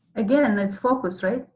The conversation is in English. again it's focus.